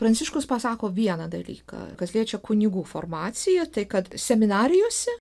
pranciškus pasako vieną dalyką kas liečia kunigų formacija tai kad seminarijose